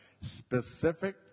Specific